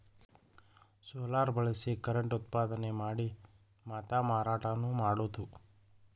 solar ಬಳಸಿ current ಉತ್ಪಾದನೆ ಮಾಡಿ ಮಾತಾ ಮಾರಾಟಾನು ಮಾಡುದು